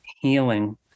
healing